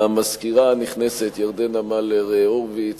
למזכירה הנכנסת ירדנה מלר-הורוביץ,